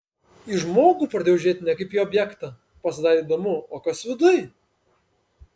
į žmogų pradėjau žiūrėti ne kaip į objektą pasidarė įdomu o kas viduj